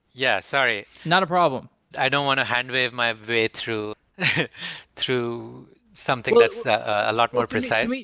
yeah, sorry. not a problem. i don't want to hand wave my way through through something that's a lot more precise.